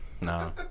no